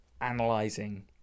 analyzing